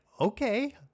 okay